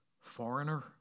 foreigner